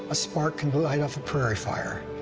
a spark can light up a prairie fire.